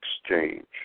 exchange